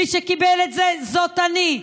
מי שקיבל את זה זה אני.